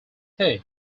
hey